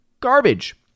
garbage